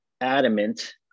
adamant